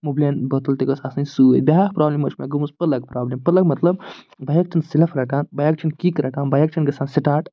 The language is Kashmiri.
مُبلیل بٲتَل تہِ گٔژھ آسٕنۍ سۭتۍ بیٛاکھ پرٛابلِم ٲس مےٚ گٔمٕژ پٕلگ پرٛابلِم پٕلَگ مطلب بایک چھَنہٕ سیٚلِف رَٹان بایک چھَنہٕ کِک رَٹان بایک چھَنہٕ گژھان سِٹارٹ